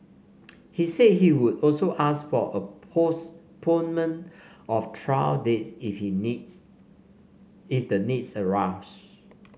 he said he would also ask for a postponement of trial dates if the need if the needs arose